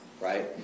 right